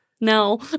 No